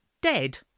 dead